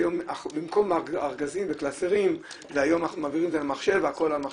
במקום ארגזים וקלסרים היום אנחנו מעבירים את זה למחשב והכול על מחשב,